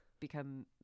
become